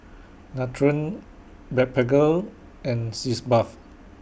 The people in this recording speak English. Nutren Blephagel and Sitz Bath